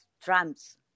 Trump's